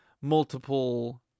multiple